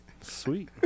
Sweet